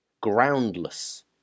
groundless